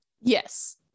Yes